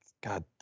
God